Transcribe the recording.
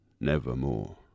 nevermore